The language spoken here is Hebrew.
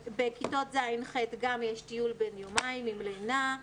בכיתות ז', ח', גם יש טיול בן יומיים עם לינה.